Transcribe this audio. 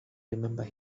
remember